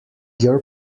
your